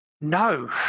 no